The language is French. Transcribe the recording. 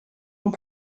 ont